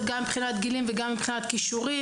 גם מבחינת גילאים וגם מבחינת כישורים.